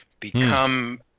become